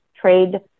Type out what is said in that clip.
Trade